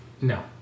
No